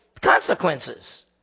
consequences